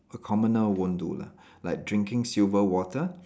a commoner won't do lah like drinking silver water